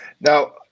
Now